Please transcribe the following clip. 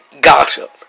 gossip